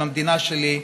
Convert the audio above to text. במדינה שלי,